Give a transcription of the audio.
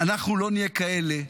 אנחנו לא נהיה כאלה.